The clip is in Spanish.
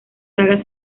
saga